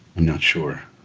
not sure